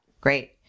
Great